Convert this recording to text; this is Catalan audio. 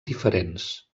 diferents